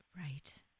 Right